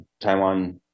Taiwan